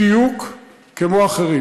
בדיוק כמו באחרים.